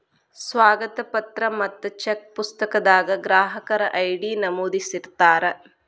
ಸ್ವಾಗತ ಪತ್ರ ಮತ್ತ ಚೆಕ್ ಪುಸ್ತಕದಾಗ ಗ್ರಾಹಕರ ಐ.ಡಿ ನಮೂದಿಸಿರ್ತಾರ